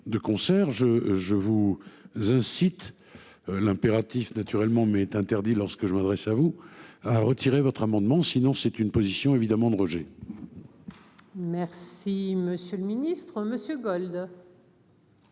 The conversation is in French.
je vous incite l'impératif naturellement mais est interdit lorsque je m'adresse à vous retirer votre amendement, sinon c'est une position évidemment de Roger. Merci, monsieur le Ministre, Monsieur Gold.